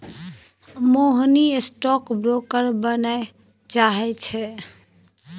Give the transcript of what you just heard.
मोहिनी stock broker बनय चाहै छै